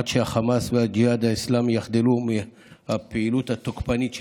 עד שהחמאס והג'יהאד האסלאמי יחדלו מהפעילות התוקפנית שלהם.